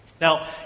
Now